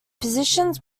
positions